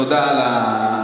תודה על החידוד.